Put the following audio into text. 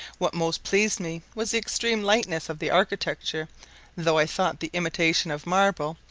what most pleased me was the extreme lightness of the architecture though i thought the imitation of marble,